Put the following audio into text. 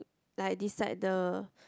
like decide the